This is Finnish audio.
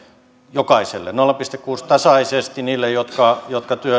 jokaiselle tasaisesti niille jotka jotka